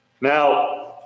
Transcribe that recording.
Now